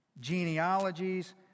genealogies